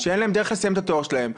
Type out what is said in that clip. שאין להם דרך לסיים את התואר שלהם,